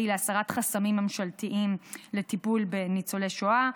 להסרת חסמים ממשלתיים לטיפול בניצולי שואה,